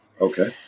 Okay